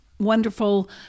wonderful